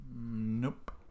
Nope